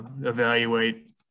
evaluate